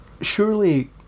surely